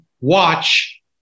watch